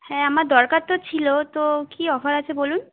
হ্যাঁ আমার দরকার তো ছিল তো কি অফার আছে বলুন